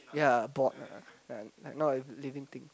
ya board like not a living thing